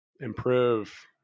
Improve